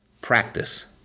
Practice